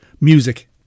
Music